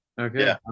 okay